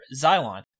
Xylon